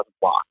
block